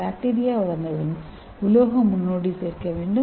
bacteria வளர்ந்தவுடன் நீங்கள் உலோக முன்னோடி சேர்க்க வேண்டும்